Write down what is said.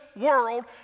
world